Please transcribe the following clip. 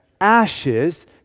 ashes